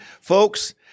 Folks